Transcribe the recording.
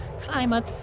climate